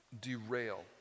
derail